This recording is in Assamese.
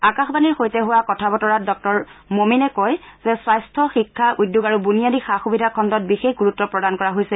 আকাশবাণীৰ সৈতে হোৱা কথা বতৰাত ডাঃ মমিনে কয় যে স্বাস্থ্য শিক্ষা উদ্যোগ আৰু বুনিয়াদী সা সুবিধা খণ্ডত বিশেষ গুৰুত্ব প্ৰদান কৰা হৈছে